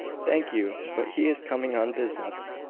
thank you but he is coming on business.